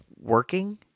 working